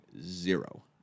zero